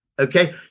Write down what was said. Okay